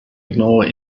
ignore